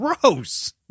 gross